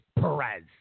Perez